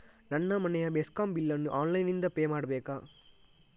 ನನ್ನ ಮನೆಯ ಮೆಸ್ಕಾಂ ಬಿಲ್ ಅನ್ನು ಆನ್ಲೈನ್ ಇಂದ ಪೇ ಮಾಡ್ಬೇಕಾ?